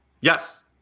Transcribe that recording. Yes